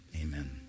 amen